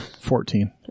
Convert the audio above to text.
Fourteen